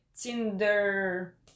Tinder